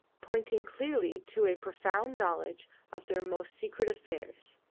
pointing clearly to a profound knowledge of their most secret affairs.